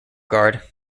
guard